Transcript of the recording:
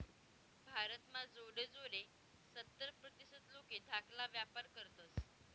भारत म्हा जोडे जोडे सत्तर प्रतीसत लोके धाकाला व्यापार करतस